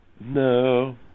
No